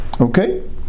Okay